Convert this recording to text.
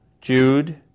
Jude